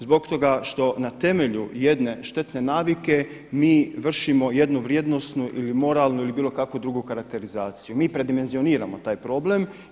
Zbog toga što na temelju jedne štetne navike mi vršimo jednu vrijednosnu ili moralnu ili bilo kakvu drugu karakterizaciju, mi predimenzioniramo taj problem.